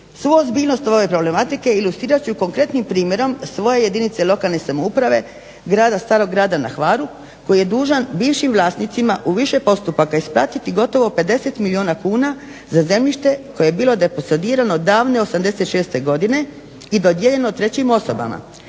Svu ozbiljnost ove problematike ilustrirat ću konkretnim primjerom svoje jedinice lokalne samouprave, grada Starog Grada na Hvaru koji je dužan bivšim vlasnicima u više postupaka isplatiti gotovo 50 milijuna kuna za zemljište koje je bilo deposedirano davne '86. godine i dodijeljeno trećim osobama